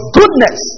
goodness